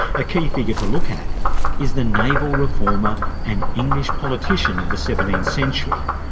a key figure to look at is the naval reformer and english politician of the seventeenth century,